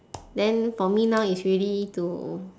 then for me now it's really to